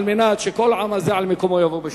על מנת שכל העם הזה על מקומו יבוא בשלום.